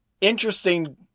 interesting